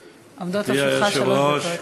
היושבת-ראש,